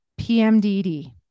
PMDD